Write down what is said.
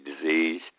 disease